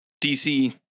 DC